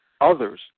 others